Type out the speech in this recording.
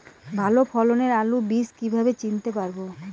ভালো ফলনের আলু বীজ কীভাবে চিনতে পারবো?